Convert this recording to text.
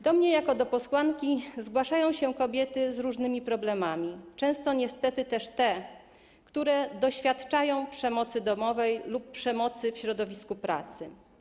Do mnie, jako do posłanki, zgłaszają się kobiety z różnymi problemami, często niestety też te, które doświadczają przemocy domowej lub przemocy w środowisku pracy.